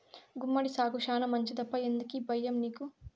గుమ్మడి సాగు శానా మంచిదప్పా ఎందుకీ బయ్యం నీకు